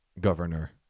governor